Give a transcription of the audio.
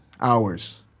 hours